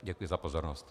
Děkuji za pozornost.